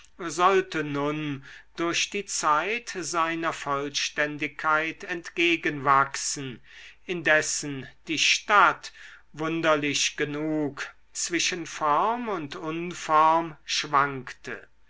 sollte nun durch die zeit seiner vollständigkeit entgegen wachsen indessen die stadt wunderlich genug zwischen form und unform schwankte